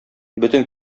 бөтен